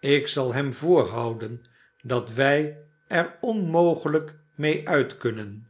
ik zal hem voorhouden dat wij er onmogelijk mee uit kunnen